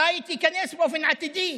הבית ייכנס באופן עתידי,